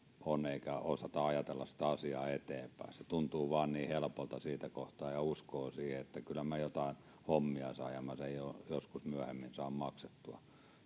on kun ei osata ajatella sitä asiaa eteenpäin se tuntuu vain niin helpolta siinä kohtaa ja uskoo siihen että kyllä minä jotain hommia saan ja sen joskus myöhemmin saan maksettua